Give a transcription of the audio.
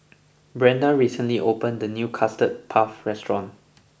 Brenda recently opened a new Custard Puff restaurant